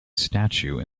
statue